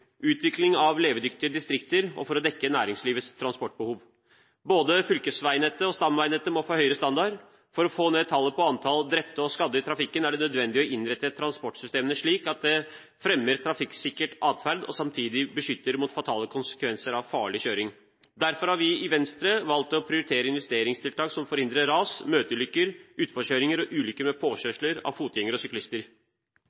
utvikling av levedyktige distrikter og for å dekke næringslivets transportbehov. Både fylkesveinettet og stamveinettet må få høyere standard. For å få ned antallet drepte og skadde i trafikken er det nødvendig å innrette transportsystemene slik at det fremmer trafikksikker atferd og samtidig beskytter mot fatale konsekvenser av farlig kjøring. Derfor har vi i Venstre valgt å prioritere investeringstiltak som forhindrer ras, møteulykker, utforkjøringer og ulykker med